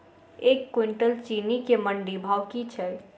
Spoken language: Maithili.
एक कुनटल चीनी केँ मंडी भाउ की छै?